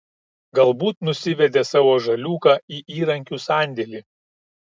galbūt nusivedė savo žaliūką į įrankių sandėlį